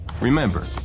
Remember